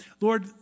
Lord